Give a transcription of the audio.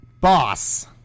boss